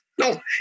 No